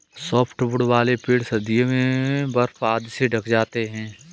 softwood वाले पेड़ सर्दियों में बर्फ आदि से ढँक जाते हैं